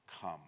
come